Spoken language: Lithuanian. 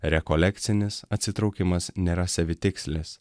rekolekcinis atsitraukimas nėra savitikslis